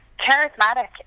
charismatic